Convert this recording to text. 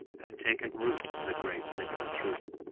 had taken root as a great living truth